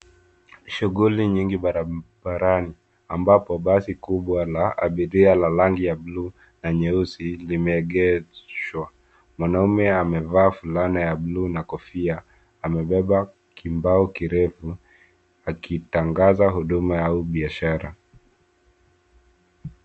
Shughuli nyingi barabarani ambapo basi kubwa la abiria la rangi ya bluu na nyeusi limeegeshwa. Mwanaume amevaa fulana ya bluu na kofia, amebeba kibao kirefu akitangaza huduma au biashara.